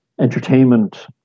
entertainment